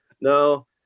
No